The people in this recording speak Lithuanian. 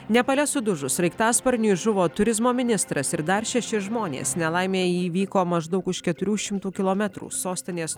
nepale sudužus sraigtasparniui žuvo turizmo ministras ir dar šeši žmonės nelaimė įvyko maždaug už keturių šimtų kilometrų sostinės